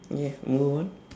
ya move on